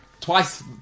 Twice